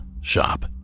shop